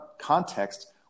context